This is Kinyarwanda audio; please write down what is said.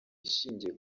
ishingiye